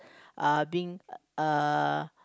err being err